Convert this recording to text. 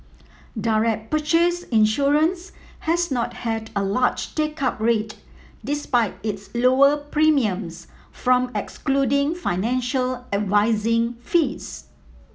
direct purchase insurance has not had a large take up rate despite its lower premiums from excluding financial advising fees